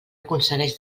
aconsegueix